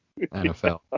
NFL